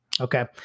Okay